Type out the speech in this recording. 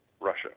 Russia